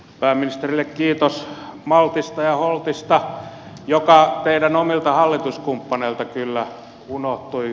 pääministerille kiitos maltista ja holtista joka teidän omilta hallituskumppaneiltanne kyllä unohtui